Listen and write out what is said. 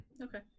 Okay